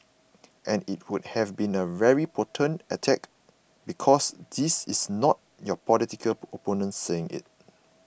and it would have been a very potent attack because this is not your political opponent saying it